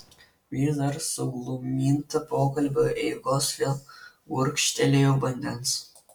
vis dar sugluminta pokalbio eigos vėl gurkštelėjau vandens